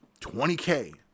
20K